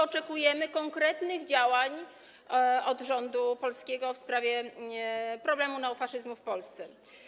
Oczekujemy konkretnych działań od rządu polskiego w sprawie problemu neofaszyzmu w Polsce.